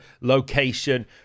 location